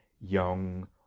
young